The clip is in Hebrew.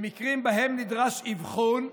במקרים שבהם נדרש אבחון,